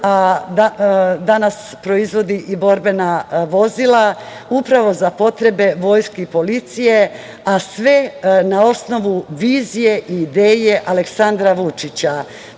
a danas proizvodi i borbena vozila upravo za potrebe vojske i policije, a sve na osnovu vizije i ideje Aleksandra Vučića. Posle